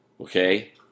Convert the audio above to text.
Okay